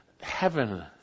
heaven